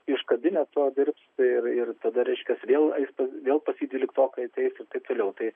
iš kabineto dirbs ir ir tada reiškias vėl eis pas vėl pas jį dvyliktokai ateis ir taip toliau tai